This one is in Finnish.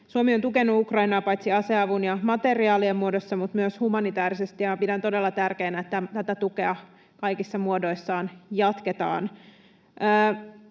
Suomi on tukenut Ukrainaa aseavun ja materiaalien muodossa mutta myös humanitäärisesti, ja pidän todella tärkeänä, että tätä tukea kaikissa muodoissaan jatketaan.